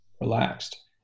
relaxed